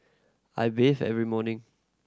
I bathe every morning